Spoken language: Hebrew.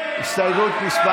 הסתייגות מס'